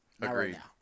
Agreed